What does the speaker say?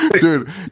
dude